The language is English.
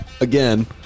again